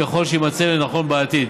ככל שימצא לנכון בעתיד.